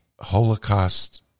Holocaust